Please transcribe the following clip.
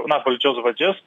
na valdžios vadžias